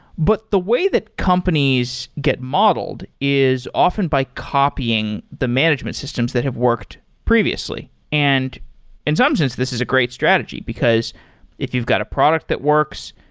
but the way that companies get modeled is often by copying the management systems that have worked previously. and in some sense, this is a great strategy, because if you've got a product that works,